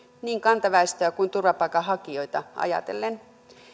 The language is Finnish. niin kantaväestöä kuin turvapaikanhakijoita ajatellen